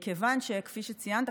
מכיוון שכפי שציינת,